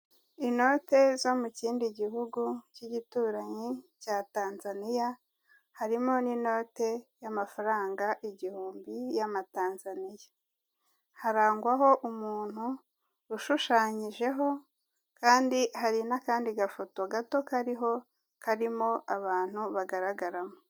Inote zo mu kindi gihugu cy'igituranyi cya tanzaniya harimo n'inote y'amafaranga igihumbi y'amatanzaniya; harangwaho umuntu ushushanyijeho kandi hari n'akandi gafoto gato kariho karimo abantu bagaragaramo.